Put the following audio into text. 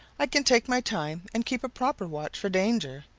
i can take my time and keep a proper watch for danger.